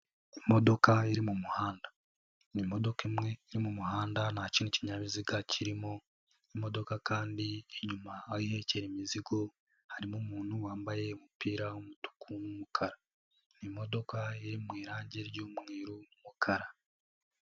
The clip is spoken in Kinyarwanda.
Imodoka iri mu muhanda, ni imodoka imwe iri mu muhanda nta kindi kinyabiziga kirimo, imodoka kandi inyuma aho ihekera imizigo harimo umuntu wambaye umupira w'umutuku n'umukara, ni imodoka iri mu irangi ry'umweru n'umukara.